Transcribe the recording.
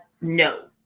no